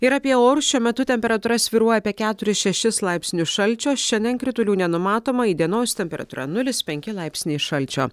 ir apie orus šiuo metu temperatūra svyruoja apie keturis šešis laipsnius šalčio šiandien kritulių nenumatoma įdienojus temperatūra nulis penki laipsniai šalčio